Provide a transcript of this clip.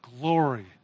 glory